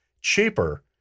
cheaper